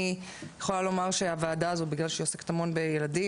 אני יכולה לומר שהוועדה הזאת בגלל שהיא עוסקת המון בילדים,